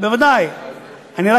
מכיוון שזה הולך